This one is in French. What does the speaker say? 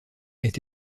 est